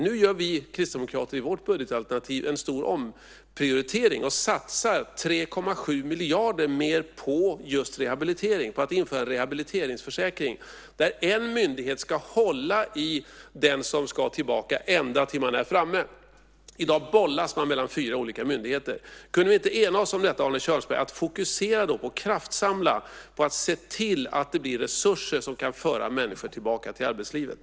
Nu gör vi kristdemokrater i vårt budgetalternativ en stor omprioritering och satsar 3,7 miljarder mer på just rehabilitering och på att införa en rehabiliteringsförsäkring. Och en myndighet ska så att säga hålla i den som ska tillbaka ända tills man är framme. I dag bollas man mellan fyra olika myndigheter. Kunde vi inte, Arne Kjörnsberg, enas om att fokusera på och kraftsamla för att se till att det blir resurser som kan föra människor tillbaka till arbetslivet?